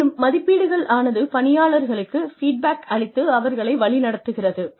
மேலும் மதிப்பீடுகள் ஆனது பணியாளர்களுக்கு ஃபீட்பேக் அளித்து அவர்களை வழிநடத்துகிறது